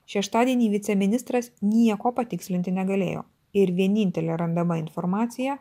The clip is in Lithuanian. šeštadienį viceministras nieko patikslinti negalėjo ir vienintelė randama informacija